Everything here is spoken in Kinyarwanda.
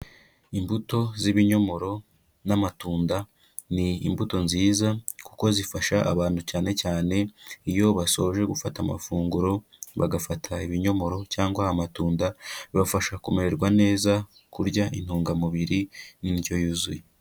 Imbuto z'ibinyomoro n'amatunda ni imbuto nziza kuko zifasha abantu cyane cyane iyo basoje gufata amafunguro, bagafata ibinyomoro cyangwa amatunda bibafasha kumererwa neza, kurya intungamubiri n'indyo yuzuye.